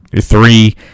three